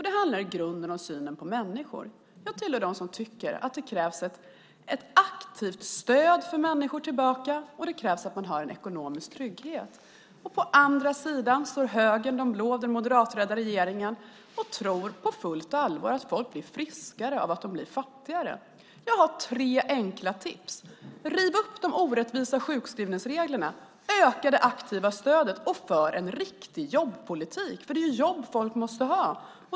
Det handlar i grunden om synen på människor. Jag hör till dem som tycker att det krävs ett aktivt stöd för människor att komma tillbaka och att människor ska ha en ekonomisk trygghet. På andra sidan står högern, de blå, och den moderatledda regeringen och tror på fullt allvar att människor blir friskare av att de blir fattigare. Jag har tre enkla tips: Riv upp de orättvisa sjukskrivningsreglerna, öka det aktiva stödet och för en riktig jobbpolitik. Det är jobb som människor måste ha.